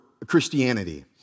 Christianity